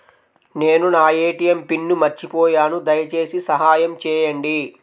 నేను నా ATM pin మర్చిపోయాను దయచేసి సహాయం చేయండి